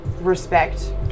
Respect